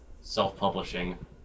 self-publishing